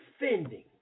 defending